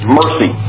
mercy